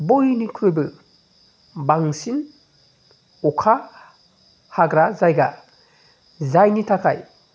बयनिख्रुयबो बांसिन अखा हाग्रा जायगा जायनि थाखाय